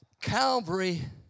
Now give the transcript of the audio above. Calvary